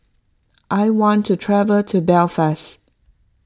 I want to travel to Belfast